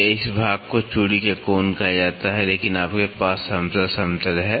यह इस भाग को चूड़ी का कोण कहा जाता है लेकिन आपके पास समतल समतल है